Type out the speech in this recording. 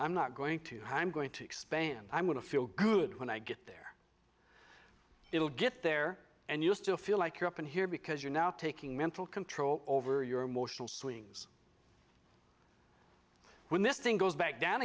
i'm not going to have i'm going to expand i'm going to feel good when i get there it'll get there and you still feel like you're up in here because you're now taking mental control over your emotional swings when this thing goes back down